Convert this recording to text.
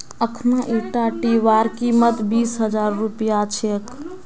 अखना ईटा टीवीर कीमत बीस हजार रुपया छेक